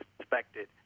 suspected